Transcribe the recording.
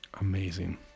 amazing